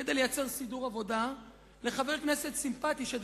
כדי לייצר סידור עבודה לחבר כנסת סימפתי מהציונות הדתית,